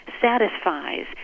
satisfies